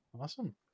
Awesome